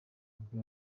nibwo